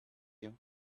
you